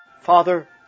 Father